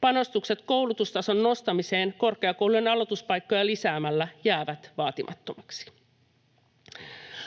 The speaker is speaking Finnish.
Panostukset koulutustason nostamiseen korkeakoulujen aloituspaikkoja lisäämällä jäävät vaatimattomiksi.